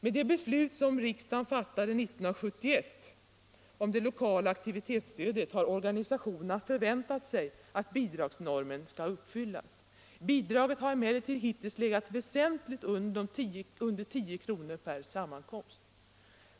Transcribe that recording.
Med det beslut som riksdagen fattade 1971 om det lokala aktivitetsstödet har organisationerna förväntat att bidragsnormen skall uppfyllas. Bidraget har emellertid hittills legat väsentligt under 10 kr. per sammankomst.